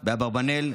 באברבנאל,